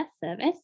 service